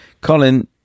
colin